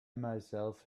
myself